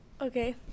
Okay